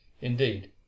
indeed